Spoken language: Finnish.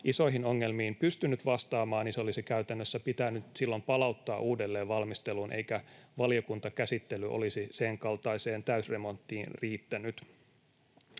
isoihin ongelmiin pystynyt vastaamaan, niin se olisi käytännössä pitänyt silloin palauttaa uudelleen valmisteluun, eikä valiokuntakäsittely olisi senkaltaiseen täysremonttiin riittänyt.